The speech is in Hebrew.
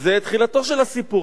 וזו תחילתו של הסיפור.